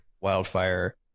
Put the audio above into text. Wildfire